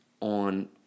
on